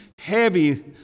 heavy